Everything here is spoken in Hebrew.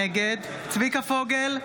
נגד צביקה פוגל,